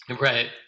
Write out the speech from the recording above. Right